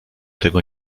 tego